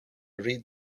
read